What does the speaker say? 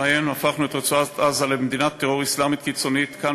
ובהן הפכנו את רצועת-עזה למדינת טרור אסלאמית קיצונית כאן,